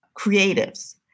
creatives